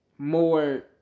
More